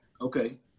Okay